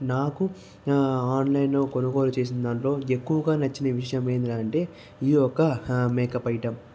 నాకు ఆన్లైన్లో కొనుగోలు చేసిన దాంనిలో ఎక్కువగా నచ్చిన విషయం ఏందిరా అంటే ఈ యొక్క మేకప్ ఐటమ్